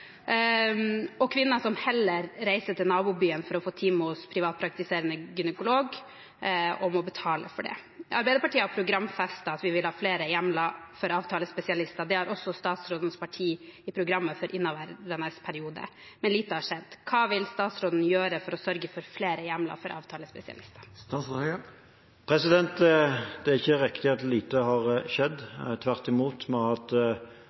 og om kvinner som heller reiser til nabobyen for å få time hos privatpraktiserende gynekolog, og må betale for det. Arbeiderpartiet har programfestet at vi vil ha flere hjemler for avtalespesialister. Det har også statsrådens parti i programmet for inneværende periode, men lite har skjedd. Hva vil statsråden gjøre for å sørge for flere hjemler for avtalespesialister? Det er ikke riktig at lite har skjedd. Tvert imot har vi